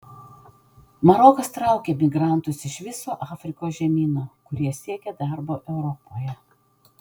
marokas traukia migrantus iš viso afrikos žemyno kurie siekia darbo europoje